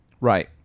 right